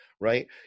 Right